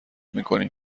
میکنیم